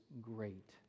great